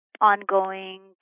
ongoing